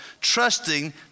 trusting